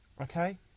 Okay